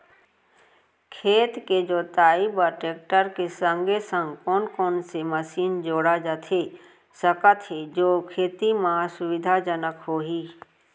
खेत के जुताई बर टेकटर के संगे संग कोन कोन से मशीन जोड़ा जाथे सकत हे जो खेती म सुविधाजनक होही?